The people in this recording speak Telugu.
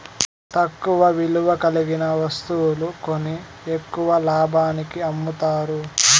తక్కువ విలువ కలిగిన వత్తువులు కొని ఎక్కువ లాభానికి అమ్ముతారు